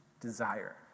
desire